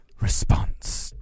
response